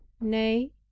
Nay